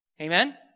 Amen